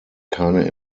keine